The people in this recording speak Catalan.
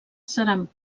seran